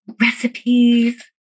recipes